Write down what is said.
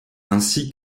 ainsi